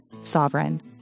Sovereign